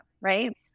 right